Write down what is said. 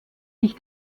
sich